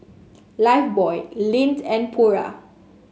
lifebuoy Lindt and Pura